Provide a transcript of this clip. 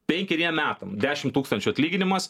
penkeriem metam dešim tūkstančių atlyginimas